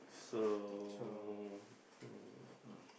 so hmm